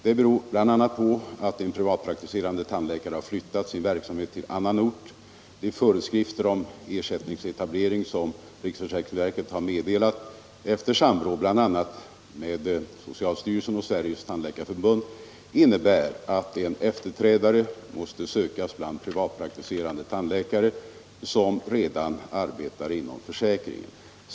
Den beror bl.a. på att en privatpraktiserande tandläkare har flyttat sin verksamhet till annan ort. De föreskrifter om ersättningsetablering som riksförsäkringsverket har meddelat efter samråd med bl.a. socialstyrelsen och Sveriges tandläkarförbund innebär att en efterträdare måste sökas bland privatpraktiserande tandläkare som redan arbetar inom försäkringen.